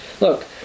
look